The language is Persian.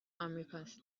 امریکاست